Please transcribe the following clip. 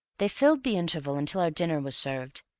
they filled the interval until dinner was served,